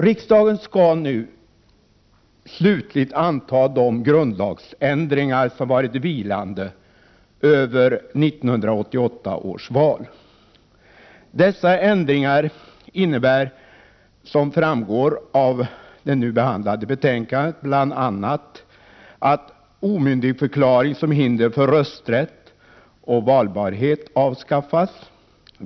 Riksdagen skall nu slutligt anta de grundlagsändringar som varit vilande över 1988 års val. Dessa ändringar innebär, som framgår av det nu behandlade betänkandet, bl.a. att omyndigförklaring som hinder för rösträtt och valbarhet avskaffas.